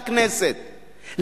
לכנסת,